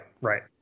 right